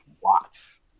watch